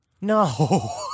No